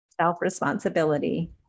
self-responsibility